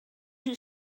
you